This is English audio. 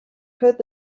could